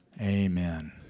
Amen